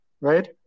right